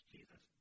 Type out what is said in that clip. Jesus